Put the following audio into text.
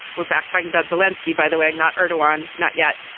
we're back talking about zelinsky by the way not irda on not yet.